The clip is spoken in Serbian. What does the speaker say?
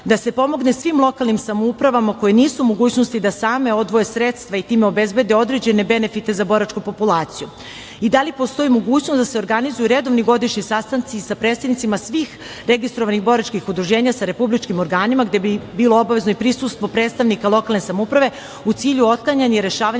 da se pomogne svim lokalnim samoupravama koje nisu u mogućnosti da same odvoje sredstva i time obezbede određene benefite za boračku populaciju? Da li postoji mogućnost da se organizuju redovni godišnji sastanci sa predsednicima svih registrovanih boračkih udruženja, sa republičkim organima gde bi bilo obavezno i prisustvo predstavnika lokalne samouprave, u cilju otklanjanja i rešavanja